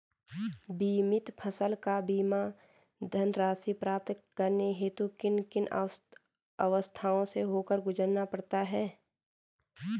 बीमित फसल का बीमा धनराशि प्राप्त करने हेतु किन किन अवस्थाओं से होकर गुजरना पड़ता है?